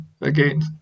again